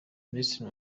ministre